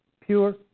pure